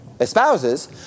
espouses